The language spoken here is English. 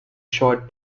short